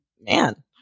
Man